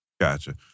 Gotcha